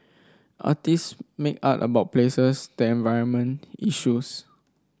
artist make art about places then environment issues